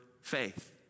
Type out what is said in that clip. faith